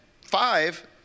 five